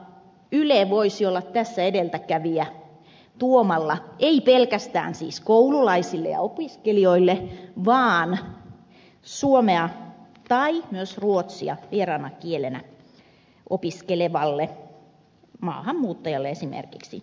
yle voisi olla tässä edeltäkävijä tuomalla ei pelkästään siis koululaisille ja opiskelijoille vaan suomea tai myös ruotsia vieraana kielenä opiskelevalle maahanmuuttajalle esimerkiksi